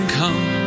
come